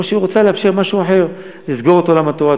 או שהיא רוצה לאפשר משהו אחר: לסגור את עולם התורה,